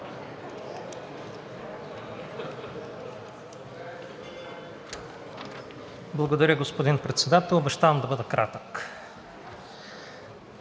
Благодаря, господин Председател. Обещавам да бъда кратък.